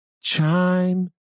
chime